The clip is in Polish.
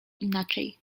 inaczej